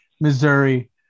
Missouri